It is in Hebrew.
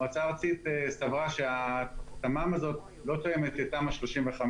המועצה הארצית סברה שהתמ"מ הזאת לא תואמת את תמ"א 35,